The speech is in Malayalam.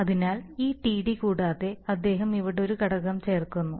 അതിനാൽ ഈ tdകൂടാതെ അദ്ദേഹം ഇവിടെ ഒരു ഘടകം ചേർക്കുന്നു